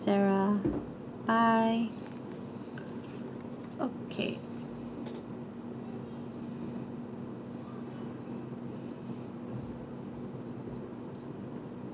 sarah bye okay